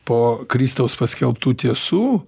po kristaus paskelbtų tiesų